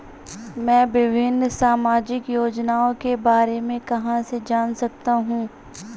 मैं विभिन्न सामाजिक योजनाओं के बारे में कहां से जान सकता हूं?